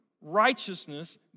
righteousness